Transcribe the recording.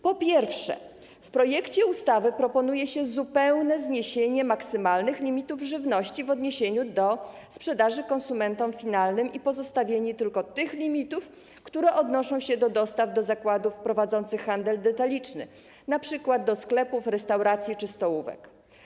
Po pierwsze, w projekcie ustawy proponuje się zupełne zniesienie maksymalnych limitów żywności w odniesieniu do sprzedaży konsumentom finalnym i pozostawienie tylko tych limitów, które odnoszą się do dostaw do zakładów prowadzących handel detaliczny, np. do sklepów, restauracji czy stołówek.